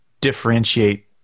differentiate